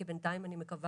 כי בינתיים אני מקווה